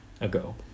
ago